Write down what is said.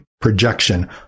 Projection